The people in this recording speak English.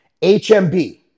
HMB